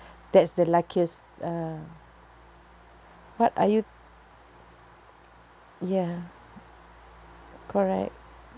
that's the luckiest uh what are you ya correct